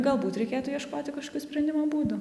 galbūt reikėtų ieškoti kažkokių sprendimo būdų